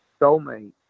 soulmate